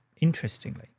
interestingly